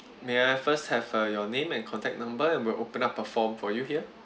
may I first have uh your name and contact number and we'll open up a form for you here